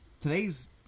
today's